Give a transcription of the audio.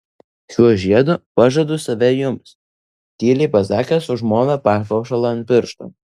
šiuo žiedu pažadu save jums tyliai pasakęs užmovė papuošalą ant piršto